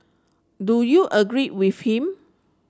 do you agree with him